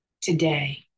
today